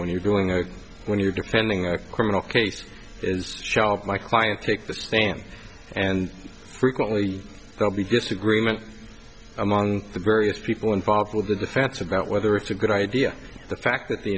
when you're doing it when you're defending a criminal case is my client takes the stand and frequently will be disagreement among the various people involved with the defense about whether it's a good idea the fact that the